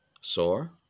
Sore